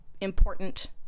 important